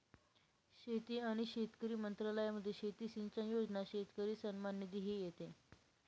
शेती आणि शेतकरी मंत्रालयामध्ये शेती सिंचन योजना, शेतकरी सन्मान निधी हे येते